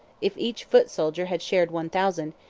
if each foot-soldier had shared one thousand,